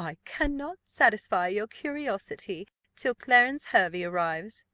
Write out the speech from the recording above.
i cannot satisfy your curiosity till clarence hervey arrives